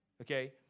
Okay